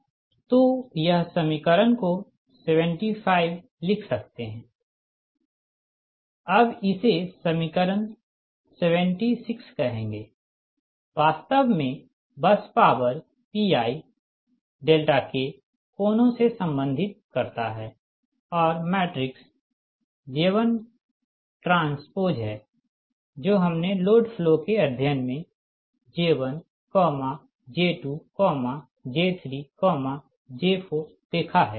तो यह समीकरण को 75 लिख सकते हैं dP2d2 dPmd2 ⋱ dP2dn dPmdn dPnd2 dPndn 1 dPLossdPg2 1 dPLossdPgm 1 1 dP1d2 dP1dn अब इसे समीकरण 76 कहेंगे वास्तव में बस पॉवर Pi k कोणों से संबंधित करता है और मैट्रिक्स J1 Tट्रांस्पोज है जो हमने लोड फ्लो के अध्ययन में J1J2 J3J4 देखा है